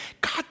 God